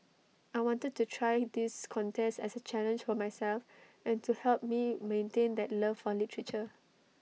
I wanted to try this contest as A challenge for myself and to help me maintain that love for literature